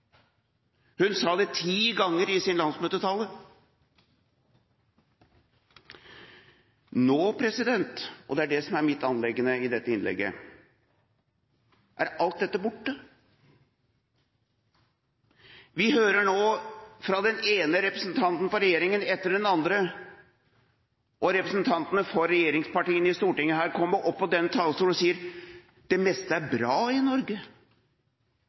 sa det ti ganger i sin landsmøtetale. Nå – og det er det som er mitt anliggende i dette innlegget – er alt dette borte. Vi hører nå fra den ene representanten for regjeringa etter den andre – og representantene for regjeringspartiene i Stortinget kommer opp på denne talerstolen og sier det – at det meste er bra i Norge.